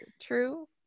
true